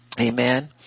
Amen